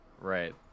right